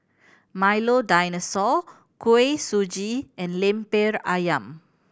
Milo Dinosaur Kuih Suji and Lemper Ayam